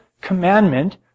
commandment